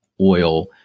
oil